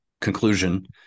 conclusion